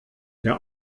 der